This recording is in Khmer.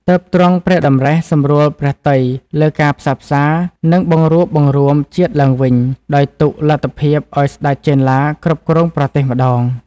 ទើបទ្រង់ព្រះតម្រិះសម្រួលព្រះទ័យលើការផ្សះផ្សា និងបង្រួបបង្រួមជាតិឡើងវិញ ដោយទុកលទ្ធភាពឱ្យស្ដេចចេនឡាគ្រប់គ្រងប្រទេសម្តង។